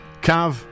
Cav